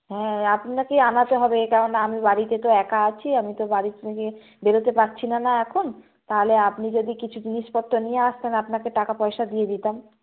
হ্যাঁ আপনাকেই আনাতে হবে কেননা আমি বাড়িতে তো একা আছি আমি তো বাড়ি থেকে বেরোতে পারছি না না এখন তাহলে আপনি যদি কিছু জিনিসপত্র নিয়ে আসতেন আপনাকে টাকা পয়সা দিয়ে দিতাম